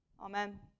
Amen